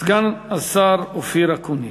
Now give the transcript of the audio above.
סגן השר אופיר אקוניס.